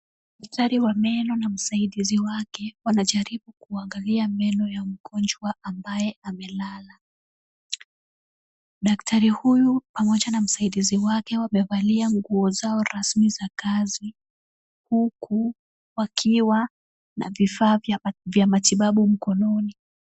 Daktari wa meno na msaidizi wake wanajaribu kuangalia meno ya mgonjwa ambaye amelala. Daktari huyu pamoja na msaidizi wake wamevalia nguo zao rasmi za kazi, huku wakiwa na vifaa vya matibabu mkononi.